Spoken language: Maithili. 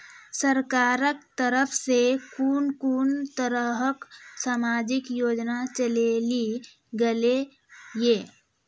सरकारक तरफ सॅ कून कून तरहक समाजिक योजना चलेली गेलै ये?